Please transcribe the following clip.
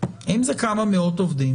אם זה כמה מאות עובדים,